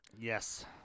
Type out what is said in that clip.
Yes